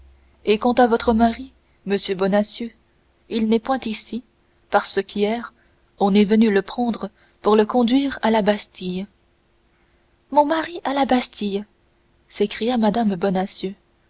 et quant à votre mari m bonacieux il n'est point ici parce qu'hier on est venu le prendre pour le conduire à la bastille mon mari à la bastille s'écria mme